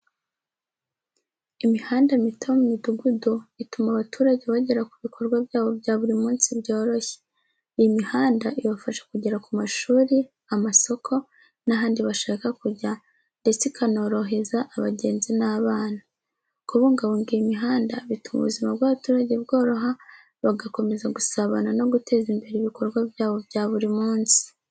Imihanda mito yo mu midugudu, ituma abaturage bagera ku bikorwa byabo bya buri munsi byoroshye. Iyi mihanda ibafasha kugera ku mashuri, amasoko n’ahandi bashaka kujya, ndetse ikanoroheza abagenzi n’abana. Kubungabunga iyi mihanda bituma ubuzima bw’abaturage bworoha, bagakomeza gusabana no guteza imbere ibikorwa byabo bya buri munsi.